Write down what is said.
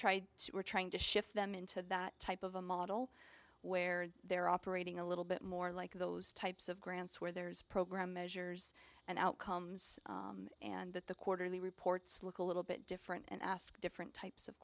to we're trying to shift them into that type of a model where they're operating a little bit more like those types of grants where there's program measures and outcomes and that the quarterly reports look a little bit different and ask different